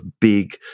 big